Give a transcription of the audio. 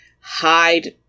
hide